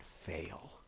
fail